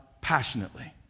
passionately